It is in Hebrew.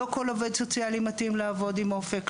לא כל עובד סוציאלי מתאים לעבוד עם אופק,